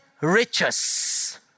riches